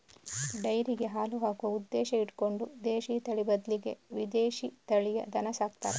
ಡೈರಿಗೆ ಹಾಲು ಹಾಕುವ ಉದ್ದೇಶ ಇಟ್ಕೊಂಡು ದೇಶೀ ತಳಿ ಬದ್ಲಿಗೆ ವಿದೇಶೀ ತಳಿಯ ದನ ಸಾಕ್ತಾರೆ